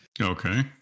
Okay